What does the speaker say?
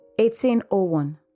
1801